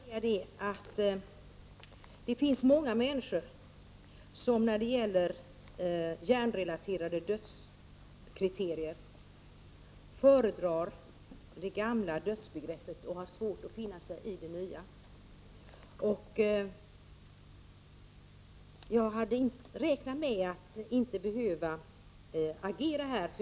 Herr talman! Jag ville bara säga att det finns många människor som när det gäller hjärnrelaterade dödskriterier föredrar det gamla dödsbegreppet och har svårt att finna sig i det nya. Jag hade räknat med att inte behöva agera här.